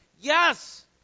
yes